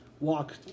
walk